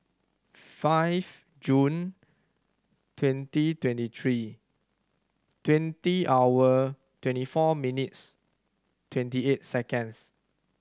five June twenty twenty three twenty hour twenty four minutes twenty eight seconds